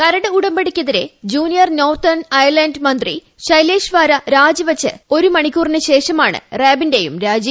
കരട് ഉടമ്പടിക്കെതിരെ junior northern Ireland മന്ത്രി ശൈലേഷ് വാര രാജി വച്ച് ഒരുമണിക്കൂറിനു ശേഷമാണ് റാബിന്റെയും രാജി